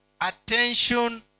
attention